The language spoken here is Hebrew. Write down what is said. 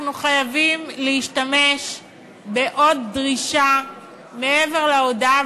אנחנו חייבים להשתמש בעוד דרישה מעבר להודאה,